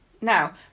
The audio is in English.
Now